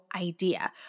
idea